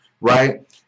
right